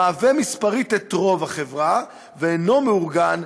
מהווה מספרית את רוב החברה ואינו מאורגן,